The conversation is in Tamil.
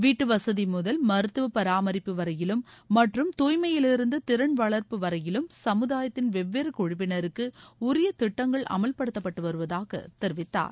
வீட்டுவசதி முதல் மருத்துவ பராமரிப்பு வரையிலும் மற்றும் துாய்மையிலிருந்து திறன் வளர்ப்பு வரையிலும் சமுதாயத்தின் வெவ்வேறு குழுவினருக்கு உரிய திட்டங்கள் அமல்படுத்தப்பட்டு வருவதாக தெரிவித்தார்